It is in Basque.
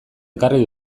ekarri